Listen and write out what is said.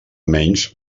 menys